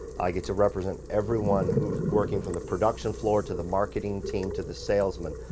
i get to represent everyone who is working from the production floor to the marketing team to the salesmen.